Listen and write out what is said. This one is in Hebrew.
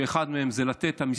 שאחד מהם זה לתת את המספר,